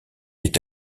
est